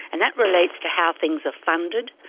and that relates to how things are funded.